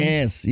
Yes